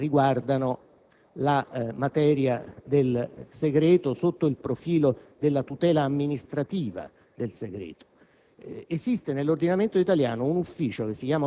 Le innovazioni più rilevanti riguardano la materia del segreto sotto il profilo della tutela amministrativa del segreto.